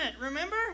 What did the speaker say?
remember